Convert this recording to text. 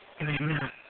Amen